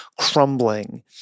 crumbling